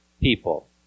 people